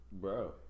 Bro